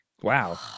Wow